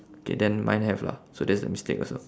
K then mine have lah so that's the mistake also